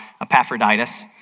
Epaphroditus